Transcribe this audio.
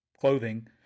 clothing